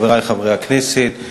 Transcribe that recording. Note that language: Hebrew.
חברי חברי הכנסת,